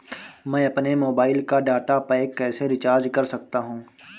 मैं अपने मोबाइल का डाटा पैक कैसे रीचार्ज कर सकता हूँ?